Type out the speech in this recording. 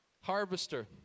harvester